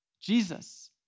Jesus